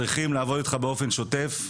צריכים לעבוד אתך באופן שוטף.